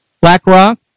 BlackRock